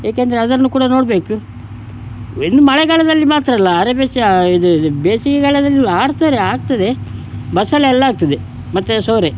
ಏಕೆಂದರೆ ಅದನ್ನು ಕೂಡ ನೋಡಬೇಕು ಇನ್ನು ಮಳೆಗಾಲದಲ್ಲಿ ಮಾತ್ರ ಅಲ್ಲ ಅರೆಬೆಸ್ಯಾ ಇದು ಇದು ಬೇಸಿಗೆಗಾಲದಲ್ಲೂ ಮಾಡ್ತಾರೆ ಆಗ್ತದೆ ಬಸಳೆ ಎಲ್ಲ ಆಗ್ತದೆ ಮತ್ತು ಸೋರೆ